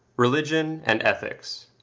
religion and ethics,